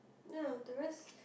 ya the rest